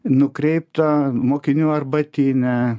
nukreipta mokinių arbatinė